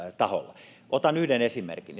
tahoilla otan yhden esimerkin